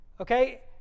okay